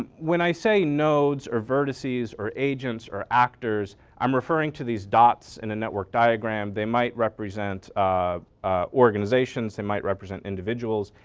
when i say nodes or vertices or agents or actors i'm referring to these dots in the network diagram. they might represent um organizations, they might represent individuals.